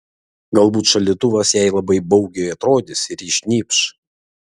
galbūt šaldytuvas jai labai baugiai atrodys ir ji šnypš